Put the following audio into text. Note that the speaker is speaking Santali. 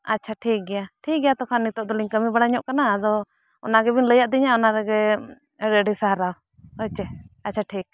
ᱟᱪᱪᱷᱟ ᱴᱷᱤᱠ ᱜᱮᱭᱟ ᱴᱷᱤᱠ ᱜᱮᱭᱟ ᱛᱚᱠᱷᱚᱱ ᱱᱤᱛᱚᱜ ᱫᱚᱞᱤᱧ ᱠᱟᱹᱢᱤ ᱵᱟᱲᱟ ᱧᱚᱜ ᱠᱟᱱᱟ ᱟᱫᱚ ᱚᱱᱟ ᱜᱮᱵᱤᱱ ᱞᱟᱹᱭᱟᱫᱤᱧᱟ ᱚᱱᱟ ᱨᱮᱜᱮ ᱟᱹᱰᱤ ᱟᱹᱰᱤ ᱥᱟᱨᱦᱟᱣ ᱦᱳᱭ ᱪᱮ ᱟᱪᱪᱷᱟ ᱴᱷᱤᱠ